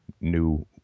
new